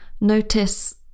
Notice